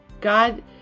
God